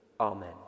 Amen